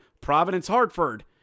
Providence-Hartford